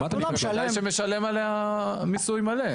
בוודאי שמשלם עליה מיסוי מלא.